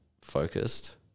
focused